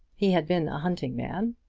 he had been a hunting man,